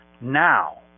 now